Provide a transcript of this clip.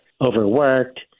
overworked